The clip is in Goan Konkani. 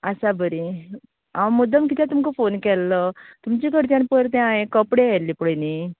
आसा बरीं हांव मुद्दम कित्याक तुमकां फोन केल्लो तुमचें कडच्यान पयर तें हांये कपडे व्हेल्ले पळय न्ही